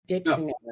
dictionary